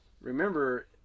Remember